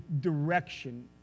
direction